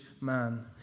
man